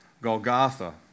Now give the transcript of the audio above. Golgotha